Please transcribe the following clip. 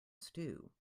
stew